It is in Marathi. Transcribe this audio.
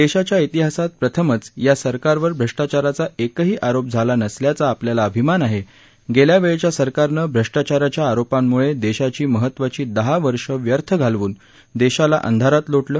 देशाच्या तिहासात प्रथमच या सरकारवर भ्रष्टाचाराचा एकही आरोप झाला नसल्याचा आपल्याला अभिमान आहे गेल्या वेळच्या सरकारनं भ्रष्टाचाराच्या आरोपांमुळे देशाची महत्त्वाची दहा वर्ष व्यर्थ घालवून देशाला अंधारात लोटलं